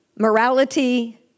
Morality